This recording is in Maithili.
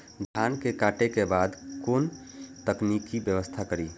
धान के काटे के बाद कोन तकनीकी व्यवस्था करी?